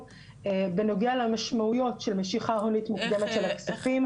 בנוגע למשמעויות של משיכה הונית מוקדמת של הכספים,